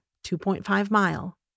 2.5-mile